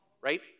right